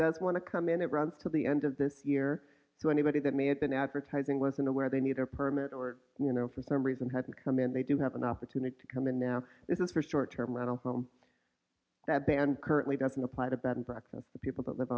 does want to come in it runs to the end of this year so anybody that may have been advertising wasn't aware they need a permit or you know for some reason had to come in they do have an opportunity to come in now this is for short term rental home that ban currently doesn't apply to bed and breakfasts the people that live